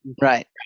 Right